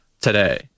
today